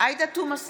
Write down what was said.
עאידה תומא סלימאן,